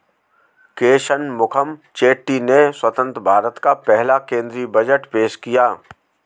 के शनमुखम चेट्टी ने स्वतंत्र भारत का पहला केंद्रीय बजट पेश किया